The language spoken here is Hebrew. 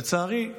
לצערי,